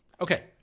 Okay